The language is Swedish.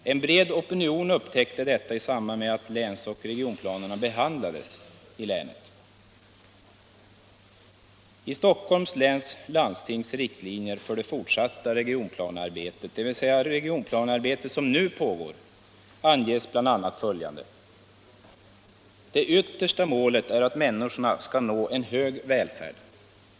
En bred opinion upptäckte detta i samband med att läns och regionalplanerna behandlades i länet. I Stockholms läns landstings riktlinjer för det fortsatta regionplanearbetet, dvs. det regionplanearbete som nu pågår, anges bl.a. följande: ”Det yttersta målet är att människorna skall nå en hög välfärd.